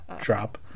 drop